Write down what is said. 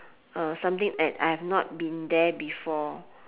uh something that I've not been there before